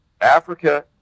Africa